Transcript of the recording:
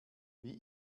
wie